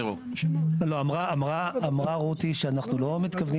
תראו --- אמרה רותי שאנחנו לא מתכוונים